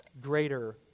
greater